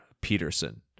Peterson